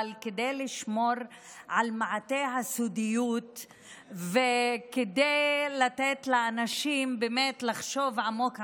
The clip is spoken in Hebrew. אבל כדי לשמור על מעטה הסודיות וכדי לתת לאנשים לחשוב עמוק עמוק,